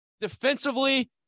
defensively